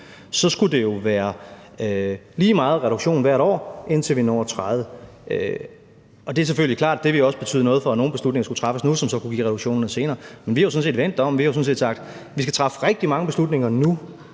skulle der jo være lige meget reduktion hvert år, indtil vi når 2030. Det er selvfølgelig klart, at det også ville betyde noget, fordi nogle beslutninger, som så kunne give reduktionerne senere, skulle træffes nu. Men vi har jo sådan set vendt det om. Vi har jo sådan set sagt, at vi skal træffe rigtig mange beslutninger nu,